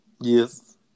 Yes